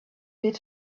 bit